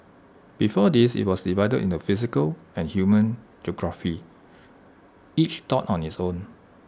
before this IT was divided into physical and human geography each taught on its own